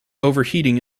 overheating